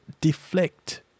deflect